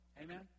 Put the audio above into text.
Amen